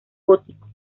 gótico